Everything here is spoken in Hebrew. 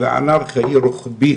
והאנרכיה היא רוחבית,